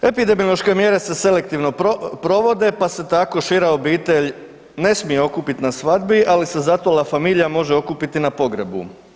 Epidemiološke mjere se selektivno provode, pa se tako šira obitelj ne smije okupit na svadbi, ali se zato ova familia može okupiti na pogrebu.